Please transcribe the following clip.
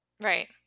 Right